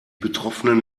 betroffenen